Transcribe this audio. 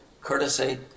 courtesy